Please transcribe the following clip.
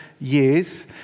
years